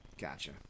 Gotcha